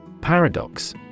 Paradox